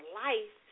life